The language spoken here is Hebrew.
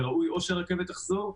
ראוי או שהרכבת תחזור,